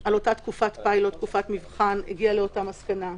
על אותה תקופת פילוט הגיעה לאותה מסקנה.